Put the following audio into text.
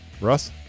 Russ